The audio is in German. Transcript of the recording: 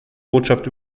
botschaft